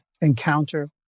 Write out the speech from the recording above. encounter